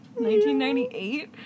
1998